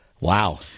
Wow